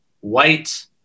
white